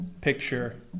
picture